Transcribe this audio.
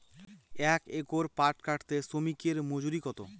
এক একর পাট কাটতে শ্রমিকের মজুরি কত?